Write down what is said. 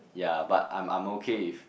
ya but I'm I'm okay with